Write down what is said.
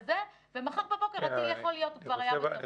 ומחר בבוקר הטיל יכול להיות --- אני